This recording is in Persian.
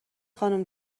خانوم